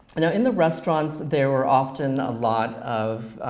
you know in the restaurants, there were often a lot of,